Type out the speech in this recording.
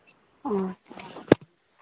ꯑꯥ